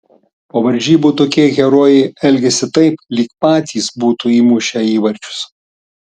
po varžybų tokie herojai elgiasi taip lyg patys būtų įmušę įvarčius